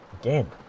again